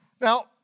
Now